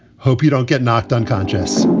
hope you don't get knocked unconscious